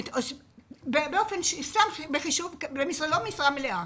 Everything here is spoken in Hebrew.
לא משרה מלאה.